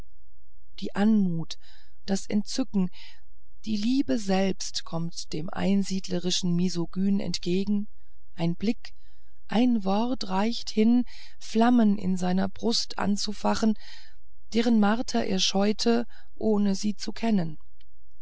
die anmut das entzücken die liebe selbst kommt dem einsiedlerischen misogyn entgegen und ein blick ein wort reicht hin flammen in seiner brust anzufachen deren marter er scheute ohne sie zu kennen